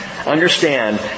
Understand